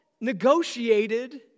negotiated